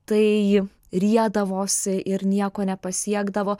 tai riedavosi ir nieko nepasiekdavo